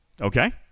Okay